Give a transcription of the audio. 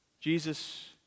Jesus